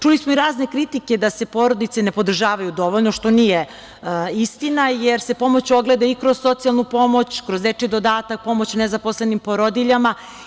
Čuli smo i razne kritike, da se porodice ne podržavaju dovoljno, što nije istina, jer se pomoć ogleda i kroz socijalnu pomoć, kroz dečiji dodatak, pomoć nezaposlenim porodiljama.